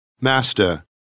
Master